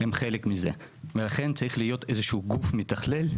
הן חלק מזה, ולכן צריך להיות איזשהו גוף מתכלל.